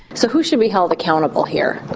so who should be held accountable here?